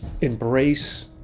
embrace